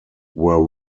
were